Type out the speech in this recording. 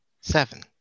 seven